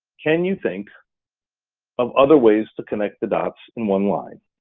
can you think of other ways to connect the dots in one line?